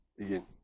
again